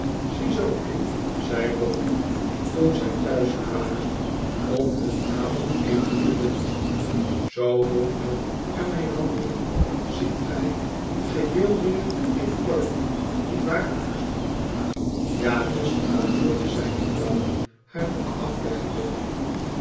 i zei boffin toen zij thuis kwamen om hun avondeten te nuttigen t zoo moet men er mee handelen ziet gij geheel weer m orde niet waar tja beste antwoordde zijne vrouw haar doek afleggende